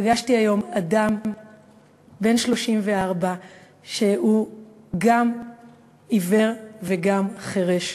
פגשתי היום אדם בן 34 שהוא גם עיוור וגם חירש.